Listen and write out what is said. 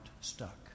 stuck